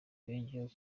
yongeyeho